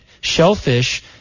shellfish